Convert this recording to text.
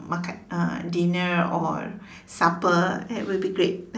makan uh dinner or supper that would be great